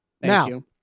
Now